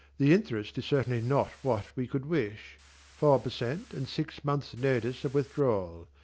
the interest is certainly not what we could wish four per cent. and six months' notice of withdrawal.